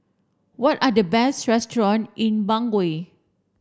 what are the best restaurants in Bangui